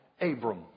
Abram